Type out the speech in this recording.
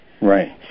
Right